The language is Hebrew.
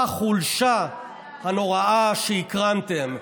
החולשה הנוראה שהקרנתם.